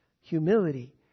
humility